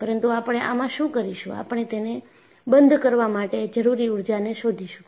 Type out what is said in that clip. પરંતુ આપણે આમાં શું કરીશું આપણે તેને બંધ કરવા માટે જરૂરી ઊર્જાને શોધીશું